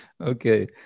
Okay